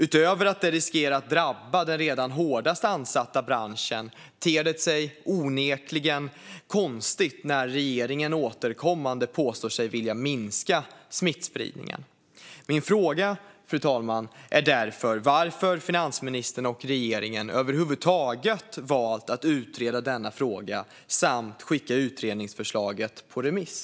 Utöver att det riskerar att drabba den redan hårdast ansatta branschen ter det sig onekligen konstigt när regeringen återkommande påstår sig vilja minska smittspridningen. Varför har finansministern och regeringen över huvud taget valt att utreda denna fråga och skickat utredningsförslaget på remiss?